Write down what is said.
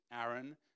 Aaron